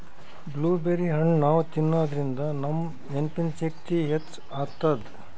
blueberry ಹಣ್ಣ್ ನಾವ್ ತಿನ್ನಾದ್ರಿನ್ದ ನಮ್ ನೆನ್ಪಿನ್ ಶಕ್ತಿ ಹೆಚ್ಚ್ ಆತದ್